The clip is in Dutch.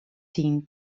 tien